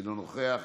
אינו נוכח,